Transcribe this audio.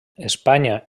espanya